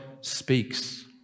speaks